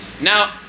Now